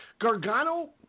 Gargano